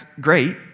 great